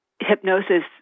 Hypnosis